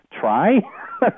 try